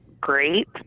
great